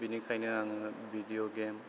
बेनिखायनो आङो video game